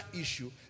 issue